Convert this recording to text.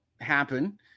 happen